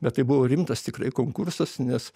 bet tai buvo rimtas tikrai konkursas nes